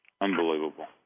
Unbelievable